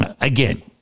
Again